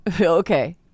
okay